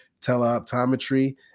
teleoptometry